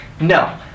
No